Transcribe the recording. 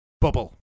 bubble